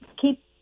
keep